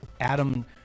Adam